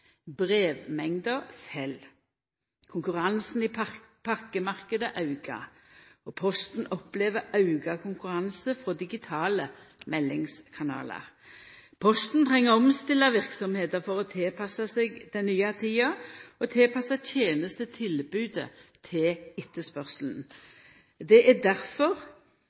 Brevmengda fell, konkurransen i pakkemarknaden aukar, og Posten opplever auka konkurranse frå digitale meldingskanalar. Posten treng å omstilla verksemda for å tilpassa seg den nye tida og tilpassa tenestetilbodet til etterspurnaden. Det er